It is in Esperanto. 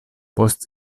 post